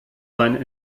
sein